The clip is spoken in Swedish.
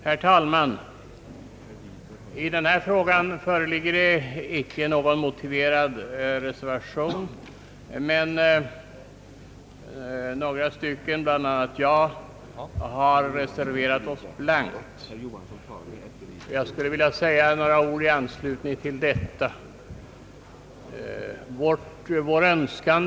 Herr talman! I denna fråga föreligger det icke någon motiverad reservation, men vi är några ledamöter i utskottet som har reserverat oss blankt.